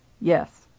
Yes